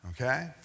Okay